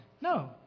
No